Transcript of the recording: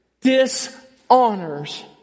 dishonors